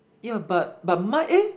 ya but but mine eh